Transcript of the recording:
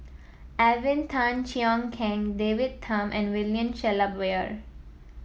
Alvin Tan Cheong Kheng David Tham and William Shellabear